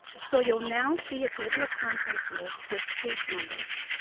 so you'll now see a table of contents list with page numbers.